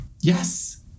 Yes